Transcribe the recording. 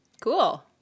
Cool